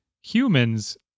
humans